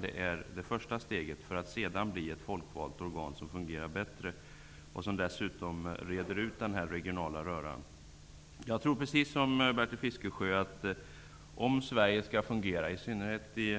Detta är det första steget mot ett folkvalt organ som fungerar bättre och som dessutom reder ut den här regionala röran. Jag tror precis som Bertil Fiskesjö att det, om Sverige skall fungera -- speciellt i